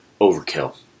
overkill